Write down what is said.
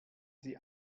sie